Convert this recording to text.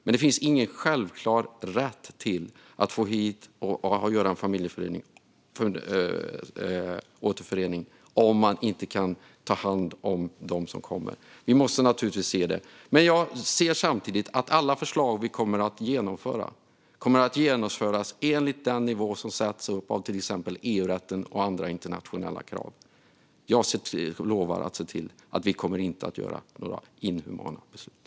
Men det finns ingen självklar rätt att göra en familjeåterförening om man inte kan ta hand om dem som kommer. Vi måste naturligtvis se det. Men jag ser samtidigt att alla förslag vi kommer att genomföra kommer att genomföras enligt den nivå som sätts upp av till exempel EU-rätten och andra internationella krav. Jag lovar att se till att vi inte kommer att göra några inhumana saker.